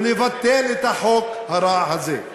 ולבטל את החוק הרע הזה,